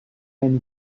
many